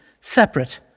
separate